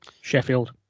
Sheffield